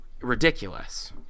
ridiculous